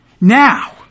Now